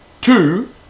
Two